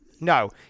No